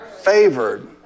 favored